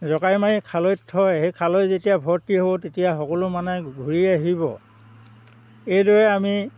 জকাই মাৰি খালৈত থয় সেই খালৈ যেতিয়া ভৰ্তি হ'ব তেতিয়া সকলো মানে ঘূৰি আহিব এইদৰে আমি